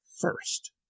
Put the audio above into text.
first